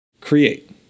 Create